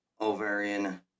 ovarian